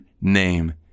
name